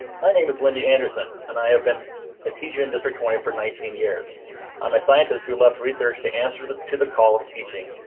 my name is wendy anderson and i have been a teacher in district twenty for nineteen years on my scientists who left research to answer to the call of teaching,